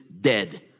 dead